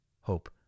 hope